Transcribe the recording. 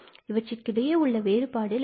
இவற்றிற்கிடையே உள்ள வேறுபாடு 𝜖